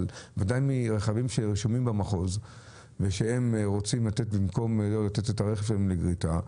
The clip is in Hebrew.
אבל ודאי מרכבים שרשומים במחוז ושרוצים לתת את הרכב שלהם לגריטה,